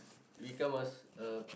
become a a